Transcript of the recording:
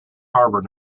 harbour